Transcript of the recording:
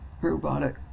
robotic